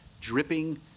dripping